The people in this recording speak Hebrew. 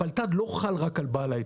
הפלת"ד לא חל רק על בעל ההיתר.